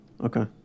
Okay